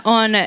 on